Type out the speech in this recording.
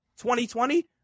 2020